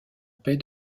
paix